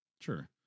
Sure